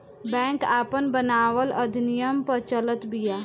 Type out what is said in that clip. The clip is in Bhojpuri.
बैंक आपन बनावल अधिनियम पअ चलत बिया